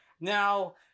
Now